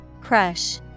Crush